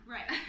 Right